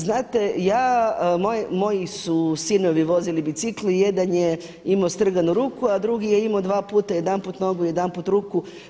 Znate ja, moji su sinovi vozili bicikl i jedan je imao strganu ruku a drugi je imao dva puta, jedanput nogu, jedanput ruku.